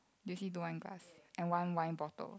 do you see two wine glass and one wine bottle